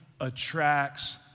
attracts